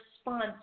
response